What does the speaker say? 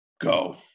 go